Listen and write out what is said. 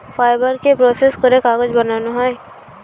ফাইবারকে প্রসেস করে কাগজ বানানো হয়